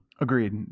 Agreed